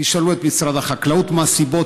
תשאלו את משרד החקלאות מה הסיבות,